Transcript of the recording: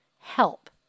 help